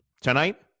Tonight